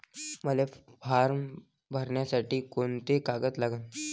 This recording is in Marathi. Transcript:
मले फारम भरासाठी कोंते कागद लागन?